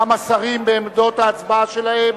גם השרים בעמדות ההצבעה שלהם,